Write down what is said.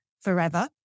forever